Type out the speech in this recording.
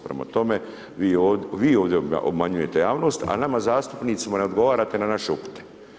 Prema tome, vi ovdje obmanjujete javnost, a nama zastupnicima ne odgovarate na naše upite.